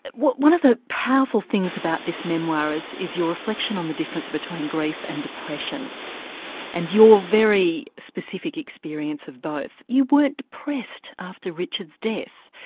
one of the powerful things about this memoir is is your reflection on the difference between grief and depression and your very specific experience of both. you weren't depressed after richard's death,